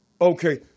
okay